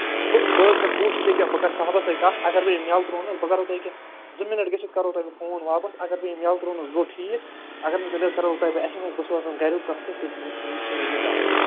بہٕ بہٕ حظ کرٕ کوٗشِش یہِ کیٛاہ بہٕ کرٕ صاحبَس سۭتۍ کَتھ اگر بہٕ أمۍ یلہٕ ترٛوونَس بہٕ کرو تۄہہِ یہِ کیٛاہ زٕ مِنٹ گٔژِتھ کرو بہٕ تۄہہِ فون واپس اگر بہٕ أمۍ یلہٕ ترٛوونَس گوٚو ٹھیٖک اگر نہٕ تیٚلہِ حظ کرو بہٕ تۄہہِ ایس ایم ایس بہٕ سوزَن گریُک کانٛہہ تہٕ تُہۍ نِیو سُہ نِیہِ أمِس ڈاکٹرس